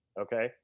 okay